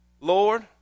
lord